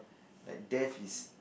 like death is